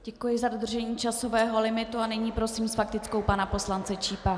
Děkuji za dodržení časového limitu a nyní prosím s faktickou pana poslance Čípa.